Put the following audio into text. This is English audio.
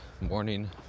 Morning